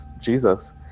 Jesus